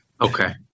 Okay